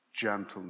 gentleness